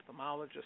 ophthalmologist